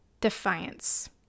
defiance